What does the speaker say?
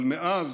אבל מאז